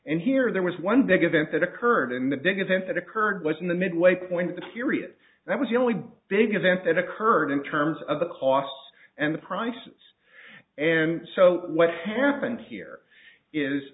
and here there was one big event that occurred and the big event that occurred was in the midway point the period that was the only big event that occurred in terms of the costs and the price and so what happened here is